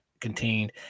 contained